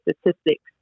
statistics